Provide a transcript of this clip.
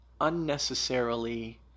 unnecessarily